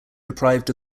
deprived